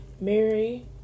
Mary